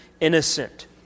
innocent